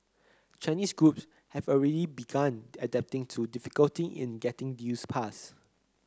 Chinese groups have already begun adapting to the difficulty in getting deals passed